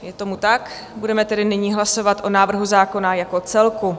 Je tomu tak, budeme tedy nyní hlasovat o návrhu zákona jako celku.